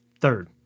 Third